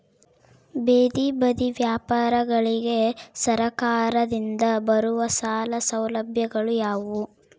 ಬೇದಿ ಬದಿ ವ್ಯಾಪಾರಗಳಿಗೆ ಸರಕಾರದಿಂದ ಬರುವ ಸಾಲ ಸೌಲಭ್ಯಗಳು ಯಾವುವು?